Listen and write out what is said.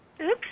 Oops